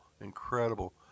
Incredible